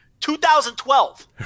2012